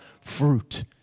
fruit